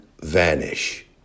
vanish